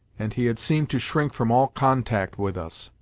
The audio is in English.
and he had seemed to shrink from all contact with us.